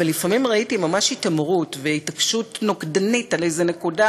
אבל לפעמים ראיתי ממש התעמרות והתעקשות נוקדנית על איזו נקודה,